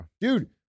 Dude